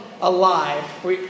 alive